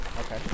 Okay